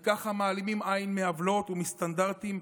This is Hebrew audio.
וככה מעלימים עין מעוולות ומסטנדרטים,